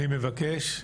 אני מבקש,